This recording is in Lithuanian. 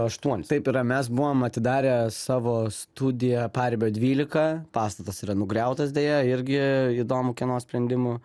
aštuonis taip yra mes buvom atidarę savo studiją paribio dvylika pastatas yra nugriautas deja irgi įdomu kieno sprendimu